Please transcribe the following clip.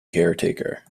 caretaker